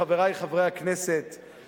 חברי חברי הכנסת,